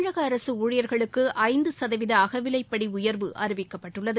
தமிழக அரசு ஊழியர்களுக்கு ஐந்து சதவீத அகவிலைப்படி உயர்வு அறிவிக்கப்பட்டுள்ளது